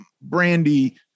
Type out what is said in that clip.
Brandy